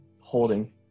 holding